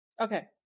Okay